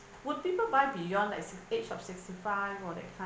would people buy beyond likes the age of sixty five or that kind